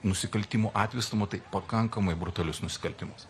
nusikaltimų atvejus tai pakankamai brutalius nusikaltimus